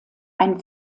ein